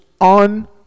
on